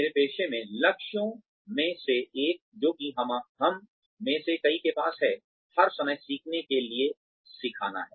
मेरे पेशे में लक्ष्यों में से एक जो कि हम में से कई के पास है हर समय सीखने के लिए सीखना है